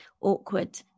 awkward